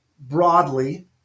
broadly